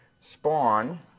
spawn